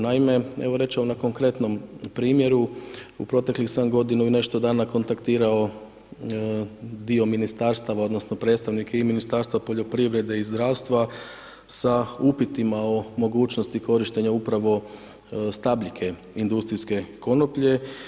Naime, evo reći ću vam na konkretno primjeru, u proteklih sam godinu i nešto dana kontaktirao dio ministarstva odnosno predstavnike i Ministarstva poljoprivrede i zdravstva sa upitima o mogućnosti korištenja upravo stabljike industrijske konoplje.